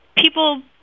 people